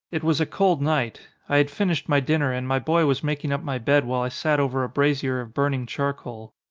it was a cold night. i had finished my dinner, and my boy was making up my bed while i sat over a brazier of burning charcoal.